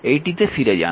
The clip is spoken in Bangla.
এইটিতে ফিরে যান